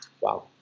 Wow